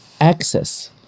access